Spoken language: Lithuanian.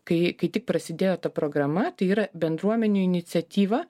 kai kai tik prasidėjo ta programa tai yra bendruomenių iniciatyva